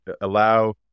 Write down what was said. allow